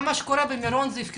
מה שקורה במירון זה גם הפקרות,